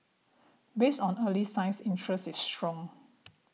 based on early signs interest is strong